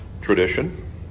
tradition